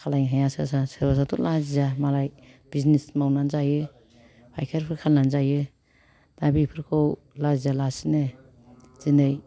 खालायनो हाया सोरबा सोरबाथ' लाजिया मालाय बिजिनिस मावनानै जायो फाइखारिफोर खालायनानै जायो दा बेफोरखौ लाजिया लासिनो दिनै